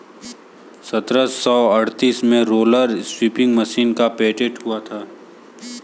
सत्रह सौ अड़तीस में रोलर स्पीनिंग मशीन का पेटेंट हुआ था